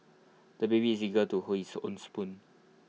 the baby is eager to hold his own spoon